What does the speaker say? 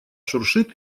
шуршит